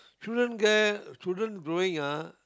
shouldn't care children growing ah